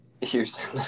Houston